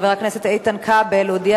הכנסת ושם ייקבע מיהי הוועדה